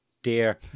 dear